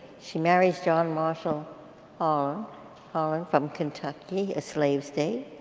she marries john marshall um harlan from kentucky, a slave state.